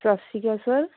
Sat Sri Akal sir